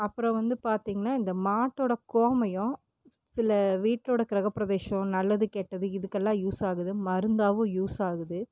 அப்புறம் வந்து பார்த்திங்கன்னா இந்த மாட்டோட கோமியம் சில வீட்டோட கிரகப்பிரவேஷம் நல்லது கெட்டது இதுக்கெல்லாம் யூஸ் ஆகுது மருந்தாகவும் யூஸ் ஆகுது